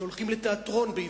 שהולכים לתיאטרון בעברית,